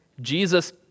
Jesus